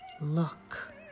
Look